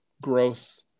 growth